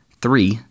Three